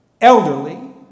elderly